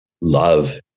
Love